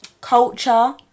culture